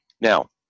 Now